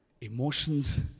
Emotions